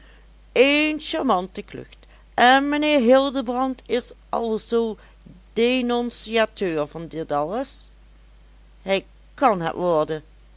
een charmante klucht en mijnheer hildebrand is alzoo dénonciateur van dit alles hij kan het worden